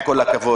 עם כל הכבוד.